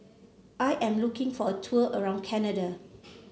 I am looking for a tour around Canada